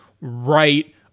right